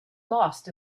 lost